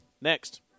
next